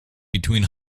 between